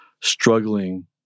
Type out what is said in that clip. struggling